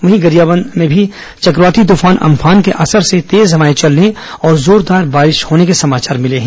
वहीं गरियाबंद में भी चक्रवाती तूफान अम्फान के असर से तेज हवाए चलने और जोरदार बारिश होने के समाचार मिले हैं